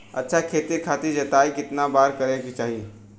अच्छा खेती खातिर जोताई कितना बार करे के चाही?